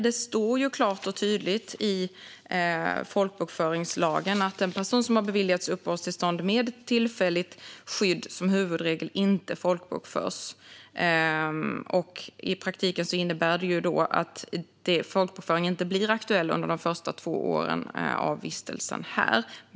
Det står klart och tydligt i folkbokföringslagen att en person som har beviljats uppehållstillstånd med tillfälligt skydd som huvudregel inte folkbokförs. I praktiken innebär det att folkbokföring inte blir aktuellt under de första två åren av vistelsen här.